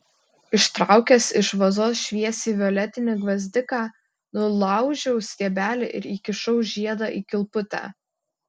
ištraukęs iš vazos šviesiai violetinį gvazdiką nulaužiau stiebelį ir įkišau žiedą į kilputę